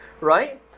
Right